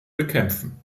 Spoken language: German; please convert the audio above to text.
bekämpfen